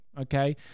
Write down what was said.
okay